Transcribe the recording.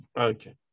Okay